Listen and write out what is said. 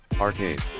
Arcade